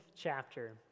chapter